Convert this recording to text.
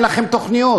אין לכם תוכניות,